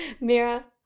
Mira